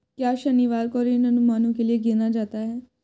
क्या शनिवार को ऋण अनुमानों के लिए गिना जाता है?